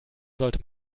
sollte